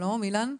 שלום, אילן.